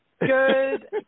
Good